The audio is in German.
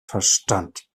verstand